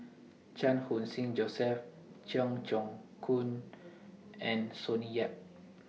Chan Khun Sing Joseph Cheong Choong Kong and Sonny Yap